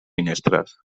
finestres